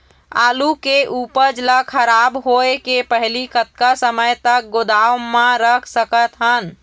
आलू के उपज ला खराब होय के पहली कतका समय तक गोदाम म रख सकत हन?